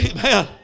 Amen